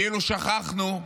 כאילו שכחנו,